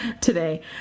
today